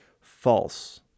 False